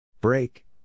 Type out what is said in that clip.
Break